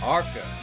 Arca